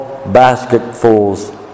basketfuls